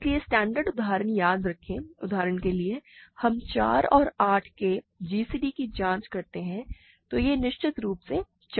इसलिए स्टैण्डर्ड उदाहरण याद रखें उदाहरण के लिए हम 4 और 8 के gcd की जाँच करते हैं तो यह निश्चित रूप से 4 है